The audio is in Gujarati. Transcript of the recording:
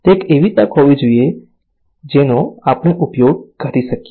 આ એક એવી તક હોઈ શકે છે જેનો આપણે ઉપયોગ કરી શકીએ